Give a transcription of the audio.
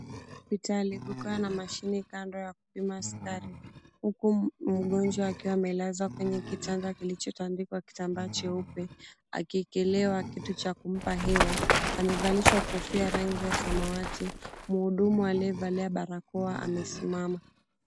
Hospitali, kukiwa na mashini kando ya kupima sukari, huku mgonjwa akiwa amelazwa kwenye kitanda kilichotandikwa kitambaa cheupe, akiekelewa kitu cha kumpa hewa, amevalishwa kofia rangi ya samawati. Mhudumu aliyevalia barakoa amesimama.